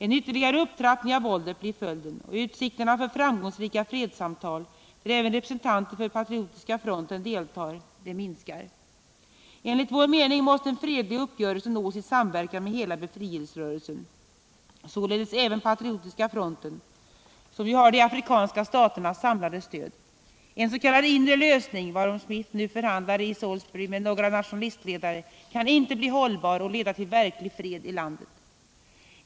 En ytterligare upptrappning av våldet blir följden och utsikterna för framgångsrika fredssamtal, där även representanter för Patriotiska fronten deltar, minskar. Enligt vår mening måste en fredlig uppgörelse nås i samverkan med hela befrielserörelsen, således även Patriotiska fronten som ju har de afrikanska staternas samlade stöd. En s.k. inre lösning, varom Smith nu förhandlar i Salisbury med några nationalistledare, kan inte bli hållbar och leda till verklig fred i landet.